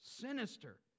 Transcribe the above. Sinister